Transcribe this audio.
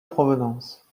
provenance